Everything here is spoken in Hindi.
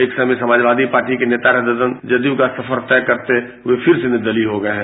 एक समय समाजवादी पार्टी के नेता रहे ददन जदयू का सफर तय करते हुए फिर से निर्दलीय हो गये हैं